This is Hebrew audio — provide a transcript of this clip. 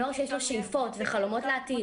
הנוער שיש לו שאיפות וחלומות לעתיד.